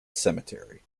cemetery